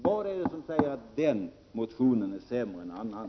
Vad är det som säger att den motionen är sämre än annan?